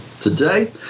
Today